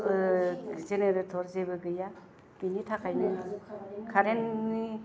generator जेबो गैया बिनि थाखायनो कारेननि